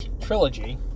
trilogy